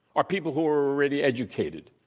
are people who are already educated,